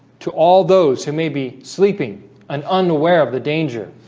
to all those who may be sleeping and unaware of the danger